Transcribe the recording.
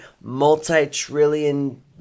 multi-trillion